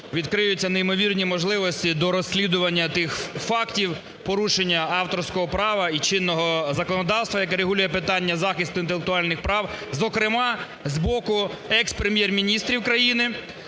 відкриються неймовірні можливості до розслідування тих фактів порушення авторського права і чинного законодавства, яке регулює питання захисту інтелектуальних прав, зокрема з боку екс-прем'єр-міністрів країни,